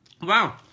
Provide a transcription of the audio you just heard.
Wow